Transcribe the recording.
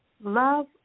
Love